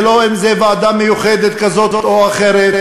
זה לא אם זו ועדה מיוחדת כזאת או אחרת.